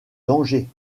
danger